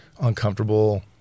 uncomfortable